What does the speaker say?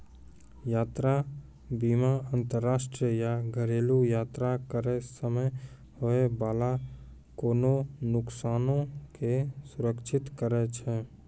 यात्रा बीमा अंतरराष्ट्रीय या घरेलु यात्रा करै समय होय बाला कोनो नुकसानो के सुरक्षित करै छै